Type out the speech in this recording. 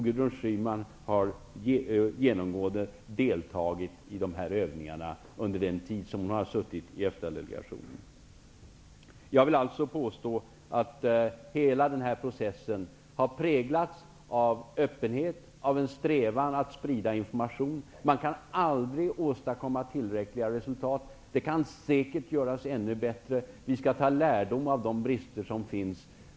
Gudrun Schyman har genomgående deltagit i de här övningarna under den tid som hon har suttit i EFTA-delegationen. Jag vill alltså påstå att hela den här processen har präglats av öppenhet och en strävan att sprida information. Man kan aldrig åstadkomma tillräckliga resultat. Det kan säkert göras ännu bättre. Vi skall ta lärdom av de brister som finns.